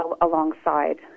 alongside